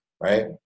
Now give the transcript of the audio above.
right